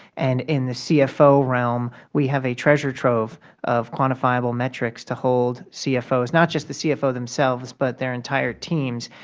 and in the cfo realm we have a treasure trove of quantifiable metrics to hold cfos, not just the cfos themselves, but their entire teams.